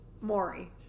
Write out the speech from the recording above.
Maury